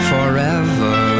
Forever